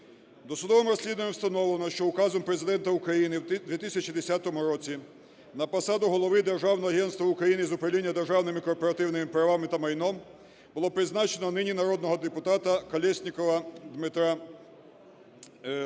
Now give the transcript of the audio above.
Досудовим розслідуванням встановлено, що указом Президента України в 2010 році на посаду Голови Державного агентства України з управління державними корпоративними правами та майном було призначено нині народного депутата Колєснікова Дмитра Васильовича.